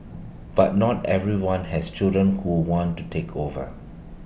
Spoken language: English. but not everyone has children who want to take over